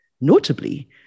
Notably